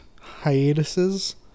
hiatuses